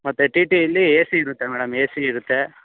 ಮತ್ತೆ ಟಿ ಟಿಯಲ್ಲಿ ಎ ಸಿ ಇರುತ್ತೆ ಮೇಡಮ್ ಎ ಸಿ ಇರುತ್ತೆ